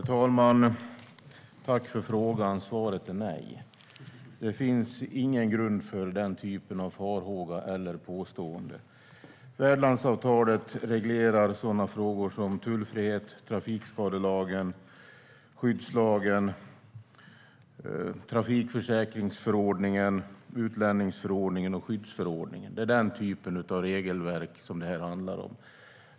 Herr talman! Tack för frågan! Svaret är nej. Det finns ingen grund för den typen av farhåga eller påstående. Värdlandsavtalet reglerar tullfrihet, trafikskadelagen, skyddslagen, trafikförsäkringsförordningen, utlänningsförordningen och skyddsförordningen. Det är den typen av regelverk som det handlar om.